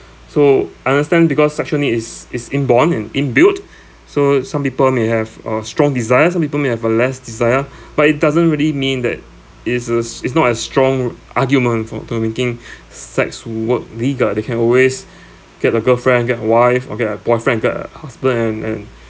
so I understand because sexual need is is inborn and in built so some people may have a strong desire some people may have a less desire but it doesn't really mean that is uh is not as strong argument for making sex work legal they can always get a girlfriend get a wife or get a boyfriend get a husband and and